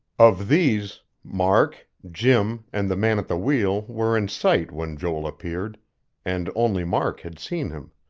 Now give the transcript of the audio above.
of these, mark, jim, and the man at the wheel were in sight when joel appeared and only mark had seen him.